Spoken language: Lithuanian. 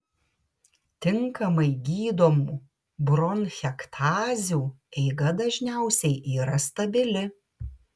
tinkamai gydomų bronchektazių eiga dažniausiai yra stabili